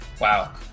wow